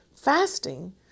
fasting